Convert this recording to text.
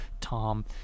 Tom